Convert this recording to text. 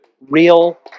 real